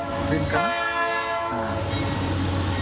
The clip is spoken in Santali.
ᱫᱤᱱ ᱠᱟᱱᱟ ᱦᱮᱸ